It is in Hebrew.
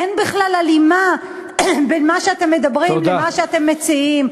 אין בכלל הלימה בין מה שאתם מדברים למה שאתם מציעים.